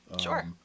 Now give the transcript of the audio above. Sure